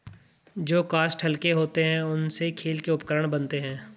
जो काष्ठ हल्के होते हैं, उनसे खेल के उपकरण बनते हैं